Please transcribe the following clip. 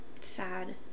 sad